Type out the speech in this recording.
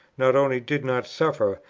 not only did not suffer,